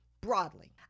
broadly